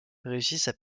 réussissent